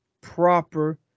proper